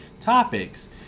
topics